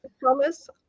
promise